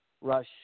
Rush—